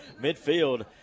midfield